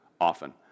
often